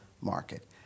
market